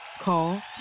Call